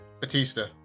batista